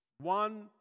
One